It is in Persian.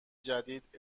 جدید